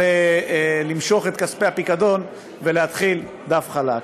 למשוך את כספי הפיקדון ולהתחיל דף חלק.